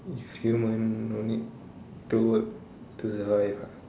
if human no need to work to survive